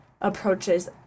approaches